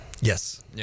Yes